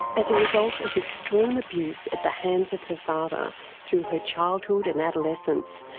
as a result of extreme abuse at the hands of her father through her childhood and adolescence,